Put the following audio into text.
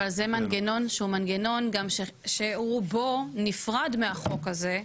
אבל זה מנגנון שרובו נפרד מהחוק הזה,